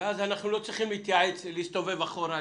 אנחנו לא צריכים אז להסתובב אחורה,